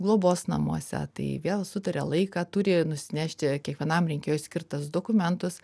globos namuose tai vėl sutaria laiką turi nusinešti kiekvienam rinkėjui skirtus dokumentus